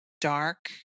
dark